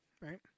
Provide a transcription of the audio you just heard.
right